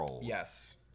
Yes